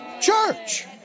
church